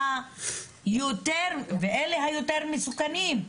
ואלה היותר מסוכנים,